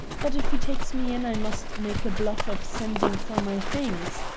but, if he takes me in, i must make a bluff of sending for my things.